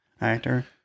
actor